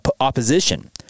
opposition